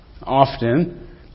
Often